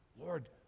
Lord